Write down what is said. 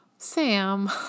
Sam